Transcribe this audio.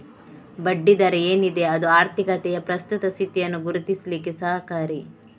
ಬಡ್ಡಿ ದರ ಏನಿದೆ ಅದು ಆರ್ಥಿಕತೆಯ ಪ್ರಸ್ತುತ ಸ್ಥಿತಿಯನ್ನ ಗುರುತಿಸ್ಲಿಕ್ಕೆ ಸಹಕಾರಿ